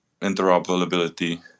interoperability